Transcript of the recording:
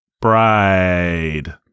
Bride